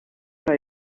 para